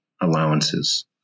allowances